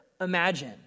imagine